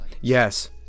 Yes